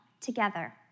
together